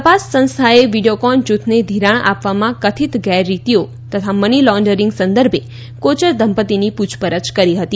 તપાસ સંસ્થાએ વીડિયોકોન જૂથને ઘિરાણ આપવામાં કથિત ગેરરીતિઓ તથા મની લોન્ડરીંગ સંદર્ભે કોચર દંપત્તીની પૂછપરછ કરી હતી